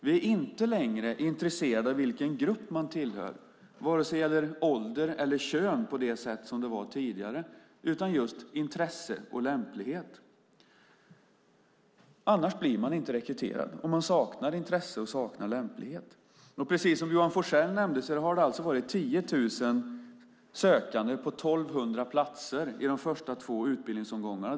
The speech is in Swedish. Vi är inte längre intresserade av vilken grupp man tillhör, vare sig det gäller ålder eller kön, på det sätt som vi var tidigare. Det är just intresse och lämplighet som gäller. Saknar man intresse och lämplighet blir man inte rekryterad. Precis som Johan Forssell nämnde har det alltså varit 10 000 sökande på 1 200 platser i de två första utbildningsomgångarna.